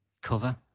cover